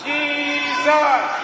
Jesus